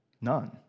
None